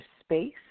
space